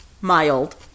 Mild